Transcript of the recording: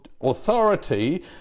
authority